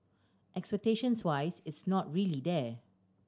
expectations wise it's not really there